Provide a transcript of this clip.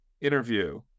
interview